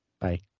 Bye